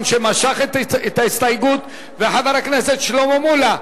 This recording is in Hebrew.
שמשך את ההסתייגות וחבר הכנסת שלמה מולה.